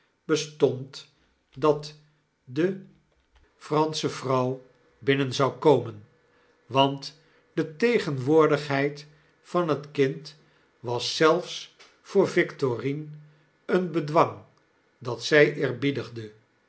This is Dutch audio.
bestond dat de franeen vreeseltjk geheim sche vrouw binnen zou komen wantdetegenwoordigheid van het kind was zelfs voor victorine een bedwang dat zij eerbiedigde